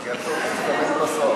כי הטובים תמיד בסוף.